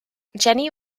jenny